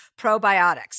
probiotics